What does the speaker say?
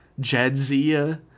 Jadzia